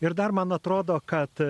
ir dar man atrodo kad